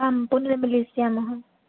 आं पुनः मेलिष्यामः